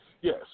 yes